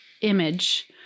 image